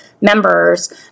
members